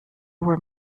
were